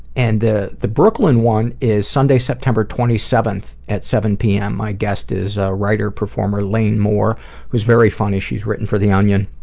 and the brooklyn brooklyn one is sunday, september twenty seventh, at seven p. m. my guest is writer performer lane moore who's very funny. she's written for the onion,